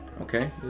okay